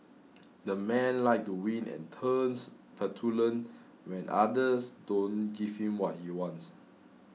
that man likes to win and turns petulant when others don't give him what he wants